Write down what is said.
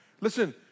Listen